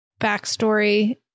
backstory